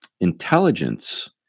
intelligence